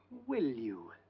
will you?